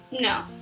No